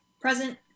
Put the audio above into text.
Present